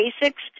basics